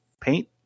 paint